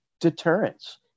deterrence